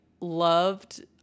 loved